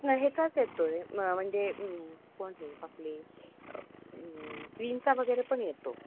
ह्याचाच येतो आहे मग म्हणजे कोण हे आपले वगैरे पण येतो